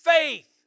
faith